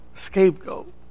Scapegoat